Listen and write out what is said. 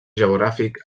geogràfic